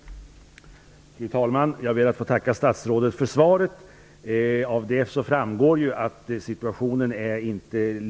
Då Margareta Israelsson, som framställt frågan, anmält att hon var förhindrad att närvara vid sammanträdet, medgav talmannen att Göran